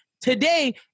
Today